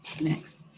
next